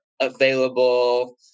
available